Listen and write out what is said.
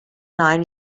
nine